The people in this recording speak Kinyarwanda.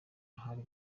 ahari